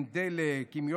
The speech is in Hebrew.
עם דלק,